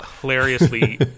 hilariously